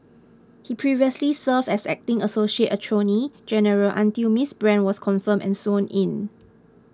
he previously served as acting associate attorney general until Miss Brand was confirmed and sworn in